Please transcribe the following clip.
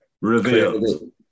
Revealed